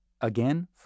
Again